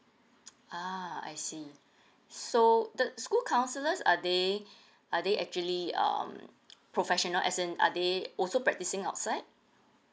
ah I see so the school counsellors are they are they actually um professional as in are they also practicing outside